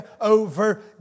over